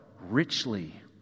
richly